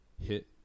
hit